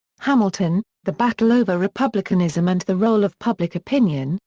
hamilton the battle over republicanism and the role of public opinion,